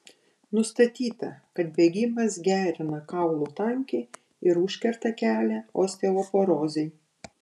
nustatyta kad bėgimas gerina kaulų tankį ir užkerta kelią osteoporozei